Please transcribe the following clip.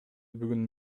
бүгүн